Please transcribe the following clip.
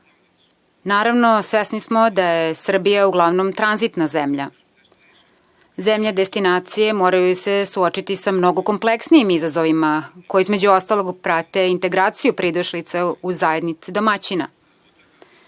Naravno, svesni smo da je Srbija uglavnom tranzitna zemlja. Zemlje destinacije moraju se suočiti sa mnogo kompleksnijim izazovima koji između ostalog prate integraciju pridošlica u zajednice domaćina.